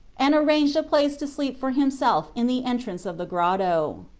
and arranged a place to sleep for himself in the entrance of the grotto.